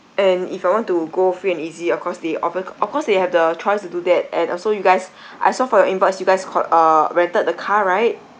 and if I want to go free and easy of course they of ca~ of course they have the choice to do that and also you guys I saw from your invoice you guys called uh rented a car right